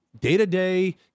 day-to-day